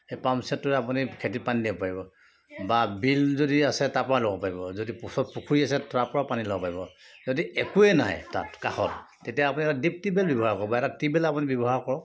সেই পাম্প ছেটটোৰে আপুনি খেতিত পানী দিব পাৰিব বা বিল যদি আছে তাৰ পৰা ল'ব পাৰিব যদি পুখুৰী আছে তাৰ পৰা পানী ল'ব পাৰিব যদি একোৱে নাই তাত কাষত তেতিয়া আপুনি এটা ডিপ টিউবেল ব্যৱহাৰ কৰিব পাৰিব টিবেল আপুনি ব্যৱহাৰ কৰক